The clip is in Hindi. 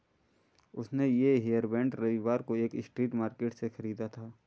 उसने ये हेयरबैंड रविवार को एक स्ट्रीट मार्केट से खरीदा था